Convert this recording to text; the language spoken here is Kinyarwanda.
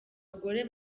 abagore